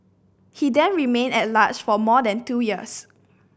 he then remained at large for more than two years